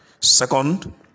Second